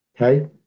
Okay